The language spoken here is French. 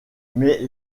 mais